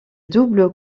double